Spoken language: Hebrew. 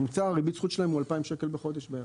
ממוצע ריבית הזכות שלהם הוא 2,000 שקל בחודש בערך.